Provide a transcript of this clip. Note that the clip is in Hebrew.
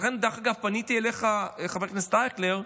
ולכן, דרך אגב, פניתי אליך, חבר הכנסת אייכלר,